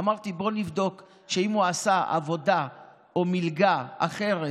אמרתי: בוא נבדוק שאם הוא עשה עבודה או שעות למלגה אחרת,